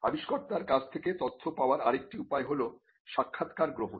আবিষ্কর্তা র কাছ থেকে তথ্য পাবার আরেকটি উপায় হল সাক্ষাৎকার গ্রহণ